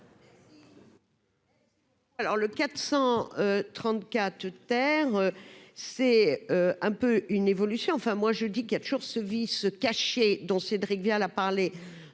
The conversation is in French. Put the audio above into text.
Alors, le 434 terre c'est un peu une évolution, enfin moi je dis qu'il y a toujours ce vice caché dont Cédric Vial a parlé